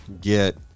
get